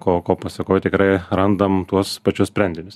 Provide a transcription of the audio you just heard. ko ko pasekoj tikrai randam tuos pačius sprendinius